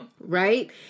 Right